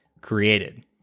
created